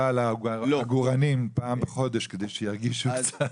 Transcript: על העגורנים פעם בחודש כדי שירגישו קצת.